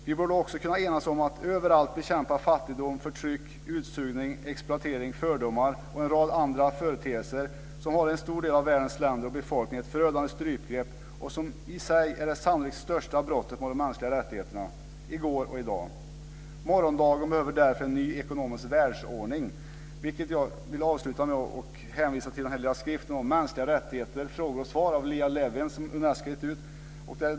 Vi borde också kunna enas om att överallt bekämpa fattigdom, förtryck, utsugning, exploatering, fördomar och en rad andra företeelser som håller en stor del av världens länder och befolkning i ett förödande strypgrepp och som i sig sannolikt är det största brottet mot de mänskliga rättigheterna i går och i dag. Morgondagen behöver därför en ny ekonomisk världsordning. Jag vill avsluta med att hänvisa till en liten skrift om mänskliga rättigheter, frågor och svar av Leah Levin, som Unesco har gett ut.